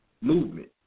movement